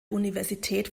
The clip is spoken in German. universität